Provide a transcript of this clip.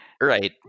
Right